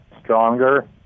stronger